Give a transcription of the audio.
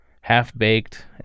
Half-Baked